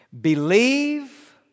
Believe